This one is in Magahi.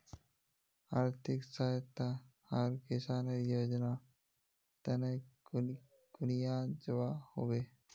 आर्थिक सहायता आर किसानेर योजना तने कुनियाँ जबा होबे?